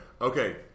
Okay